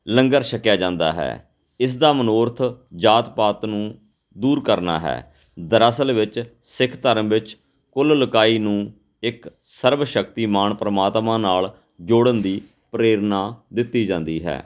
ਲੰਗਰ ਛਕਿਆ ਜਾਂਦਾ ਹੈ ਇਸ ਦਾ ਮਨੋਰਥ ਜਾਤ ਪਾਤ ਨੂੰ ਦੂਰ ਕਰਨਾ ਹੈ ਦਰਅਸਲ ਵਿੱਚ ਸਿੱਖ ਧਰਮ ਵਿੱਚ ਕੁੱਲ ਲੁਕਾਈ ਨੂੰ ਇੱਕ ਸਰਬ ਸ਼ਕਤੀਮਾਨ ਪਰਮਾਤਮਾ ਨਾਲ ਜੋੜਨ ਦੀ ਪ੍ਰੇਰਨਾ ਦਿੱਤੀ ਜਾਂਦੀ ਹੈ